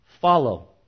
follow